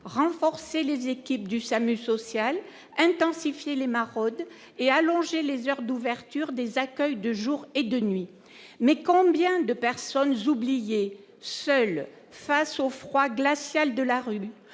renforcer les équipes du SAMU social, intensifier les maraudes et allonger les heures d'ouverture des accueils de jour et de nuit, mais combien de personnes oublié, seul face au froid glacial de la rue,